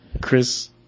Chris